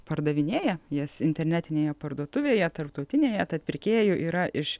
pardavinėja jas internetinėje parduotuvėje tarptautinėje tad pirkėjų yra iš